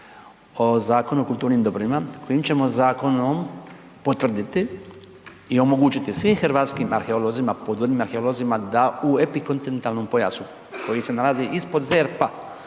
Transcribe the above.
o Zakonu o kulturnim dobrima kojim ćemo zakonom potvrditi i omogućiti svim hrvatskim arheolozima, podvodnim arheolozima da u epikontinentalnom pojasu koji se nalazi ispod ZERP-a